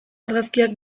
argazkiak